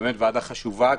באמת ועדה חשובה,